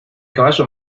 caballo